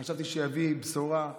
חשבתי שיביא בשורה.